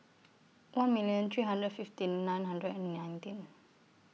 one million three hundred fifteen nine hundred and nineteen